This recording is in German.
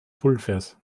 pulvers